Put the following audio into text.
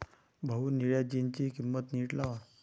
भाऊ, निळ्या जीन्सची किंमत नीट लावा